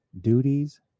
duties